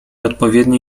odpowiednie